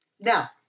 Now